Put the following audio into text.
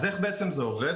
איך זה עובד?